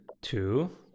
two